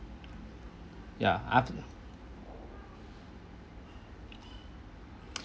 ya aft~